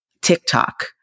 TikTok